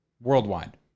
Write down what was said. Worldwide